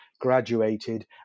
graduated